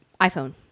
iPhone